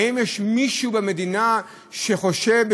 האם יש מישהו במדינה שחושב,